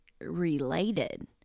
related